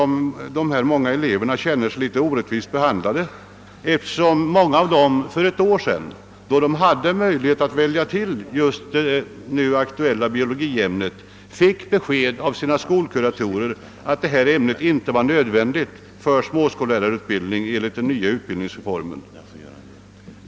Många elever känner sig orättvist behandlade, eftersom de för ett år sedan, då de hade möjlighet att välja till det nu aktuella biologiämnet, fick besked av sina skolkuratorer att detta ämne inte var nödvändigt för småskollärarutbildning enligt den nya utbildningsformen.